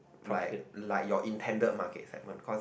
like like your intended market that will cause